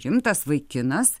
rimtas vaikinas